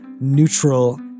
neutral